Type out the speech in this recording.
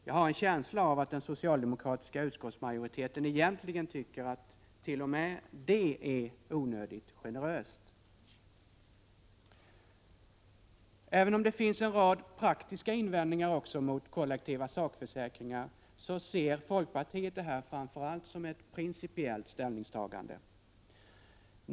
Jag har en känsla av att den socialdemokratiska utskottsmajoriteten egentligen tycker att t.o.m. det är onödigt generöst. Även om det finns en rad praktiska invändningar också mot kollektiva sakförsäkringar, ser folkpartiet det här framför allt som ett principiellt ställningstagande.